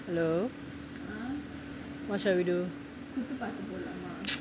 hello what shall we do